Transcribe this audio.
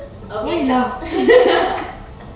okay so